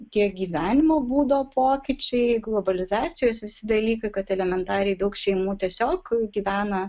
tiek gyvenimo būdo pokyčiai globalizacijos visi dalykai kad elementariai daug šeimų tiesiog gyvena